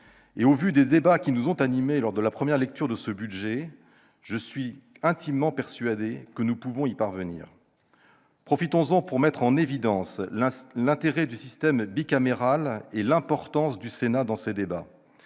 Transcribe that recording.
égard aux débats qui nous ont animés en première lecture, je suis intimement persuadé que nous pouvons y parvenir. Profitons-en pour mettre en évidence l'intérêt du système bicaméral et l'importance du Sénat dans ces débats.